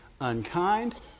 unkind